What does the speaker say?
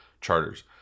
charters